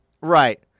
Right